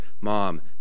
Mom